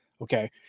Okay